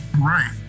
Right